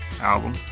album